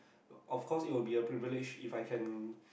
of course it will be the privilege if I can